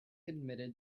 admitted